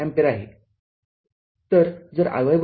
५ ampere आहे